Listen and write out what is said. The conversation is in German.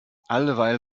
alleweil